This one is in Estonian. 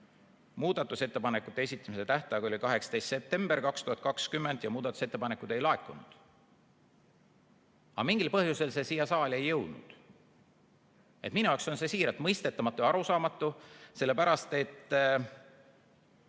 Muudatusettepanekute esitamise tähtaeg oli 18. september 2020 ja muudatusettepanekuid ei laekunud. Aga mingil põhjusel see eelnõu siia saali ei jõudnud. Minu jaoks on see siiralt mõistetamatu ja arusaamatu, sellepärast et